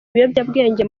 ibiyobyabwenge